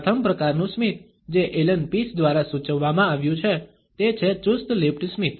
પ્રથમ પ્રકારનું સ્મિત જે એલન પીસ દ્વારા સૂચવવામાં આવ્યું છે તે છે ચુસ્ત લિપ્ડ સ્મિત